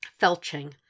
felching